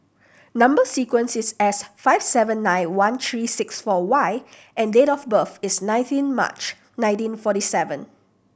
number sequence is S five seven nine one three six four Y and date of birth is nineteen March nineteen forty seven